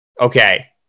okay